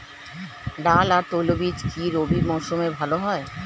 ডাল আর তৈলবীজ কি রবি মরশুমে ভালো হয়?